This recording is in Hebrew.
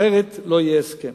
אחרת לא יהיה הסכם.